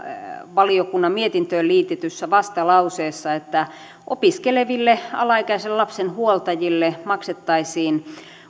valiokunnan mietintöön liitetyssä vastalauseessa että opiskeleville alaikäisen lapsen huoltajille maksettaisiin